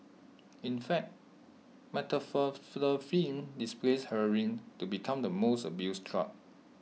in fact methamphetamine displaced heroin to become the most abused drug